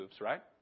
right